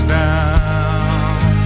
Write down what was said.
down